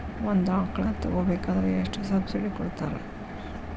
ಒಂದು ಆಕಳ ತಗೋಬೇಕಾದ್ರೆ ಎಷ್ಟು ಸಬ್ಸಿಡಿ ಕೊಡ್ತಾರ್?